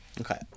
Okay